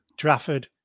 Trafford